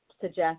suggest